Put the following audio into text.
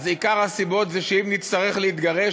אז הסיבה העיקרית היא שאם נצטרך להתגרש,